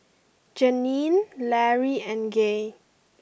Jeanine Larry and Gaye